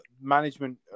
management